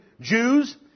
Jews